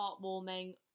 heartwarming